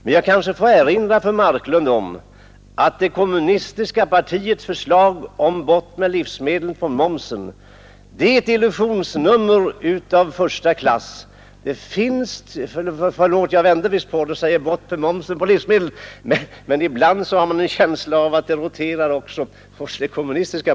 Men jag kanske får erinra fru Marklund om att det kommunistiska partiets förslag om ”bort med momsen på livsmedel” är ett illusionsnummer av första klass.